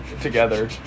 together